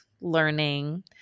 learning